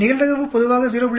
நிகழ்தகவு பொதுவாக 0